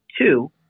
two